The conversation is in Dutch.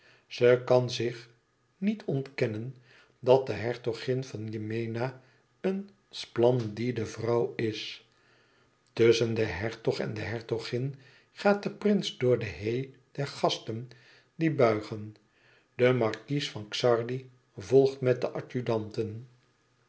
ze kan zich niet ontkennen dat de hertogin van yemena een splendide vrouw is tusschen den hertog en de hertogin gaat de prins door de haie der gasten die buigen de markies van xardi volgt met de